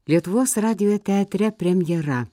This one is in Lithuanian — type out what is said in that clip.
lietuvos radijo teatre premjera